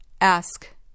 Ask